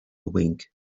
wink